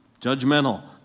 judgmental